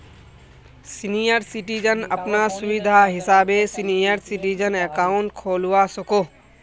senior citizen अपना सुविधा हिसाबे सीनियर सिटीजन अकाउंट खोलवा सकोह